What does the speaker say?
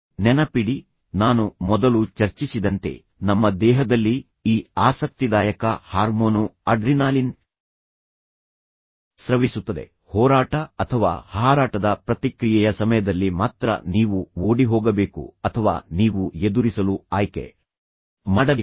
ನೆನಪಿಡಿ ನಾನು ಮೊದಲು ಚರ್ಚಿಸಿದಂತೆ ನಮ್ಮ ದೇಹದಲ್ಲಿ ಈ ಆಸಕ್ತಿದಾಯಕ ಹಾರ್ಮೋನು ಅಡ್ರಿನಾಲಿನ್ ಸ್ರವಿಸುತ್ತದೆ ಹೋರಾಟ ಅಥವಾ ಹಾರಾಟದ ಪ್ರತಿಕ್ರಿಯೆಯ ಸಮಯದಲ್ಲಿ ಮಾತ್ರ ನೀವು ಓಡಿಹೋಗಬೇಕು ಅಥವಾ ನೀವು ಎದುರಿಸಲು ಆಯ್ಕೆ ಮಾಡಬೇಕು